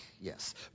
Yes